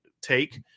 take